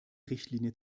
richtlinie